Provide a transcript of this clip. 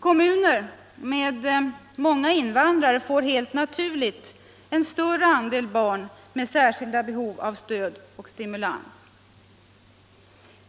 Kommuner med många invandrare får helt naturligt en större andel barn med särskilda behov av stöd och stimulans.